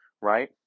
right